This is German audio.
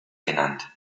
genannt